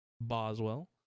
Boswell